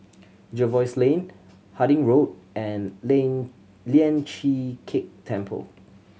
Jervois Lane Harding Road and Lian Chee Kek Temple